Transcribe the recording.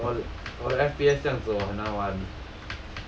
我我我的 F_P_S 这样子我很难玩